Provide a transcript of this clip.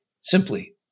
simply